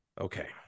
Okay